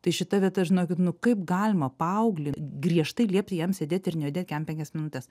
tai šita vieta žinokit nu kaip galima paauglį griežtai liepti jam sėdėt ir nejudėt kem penkias minutes